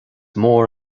mór